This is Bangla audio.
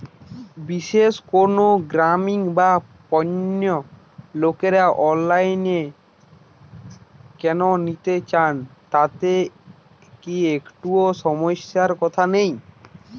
বিশেষ কোনো সামগ্রী বা পণ্য লোকেরা অনলাইনে কেন নিতে চান তাতে কি একটুও সমস্যার কথা নেই?